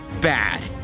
bad